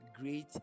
great